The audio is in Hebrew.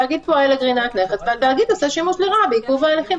התאגיד פועל לגריעת נכס והתאגיד עושה שימוש לרעה בעיכוב ההליכים.